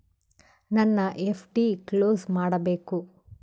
ನನ್ನ FD close ಮಾಡಬೇಕು